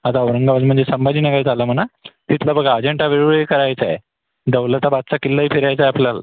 आता औरंगाबाद म्हणजे संभाजीनगर झालं म्हणा तिथला बघा अजिंठा वेरूळ एक करायचाय दौलताबादचा किल्लाही फिरायचाय आपल्याला